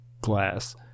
glass